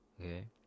Okay